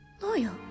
Loyal